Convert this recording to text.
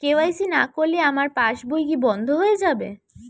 KYC না করলে আমার পাশ বই কি বন্ধ হয়ে যাবে?